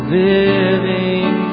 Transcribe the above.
living